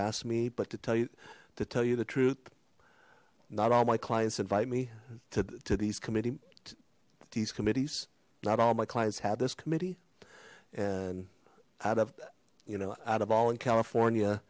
ask me but to tell you to tell you the truth not all my clients invite me to these committee these committees not all my clients have this committee and out of you know out of all in california